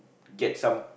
get some